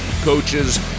coaches